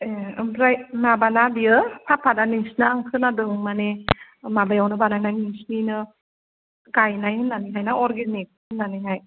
ओमफ्राय माबाना बियो सापादआ नोंसिना आं खोनादों मानि माबायावनो बानायनाय नोंसिनिनो गायनाय होन्नानैहाय ना अरगेनिग होन्नानैहाय